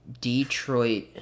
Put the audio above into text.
Detroit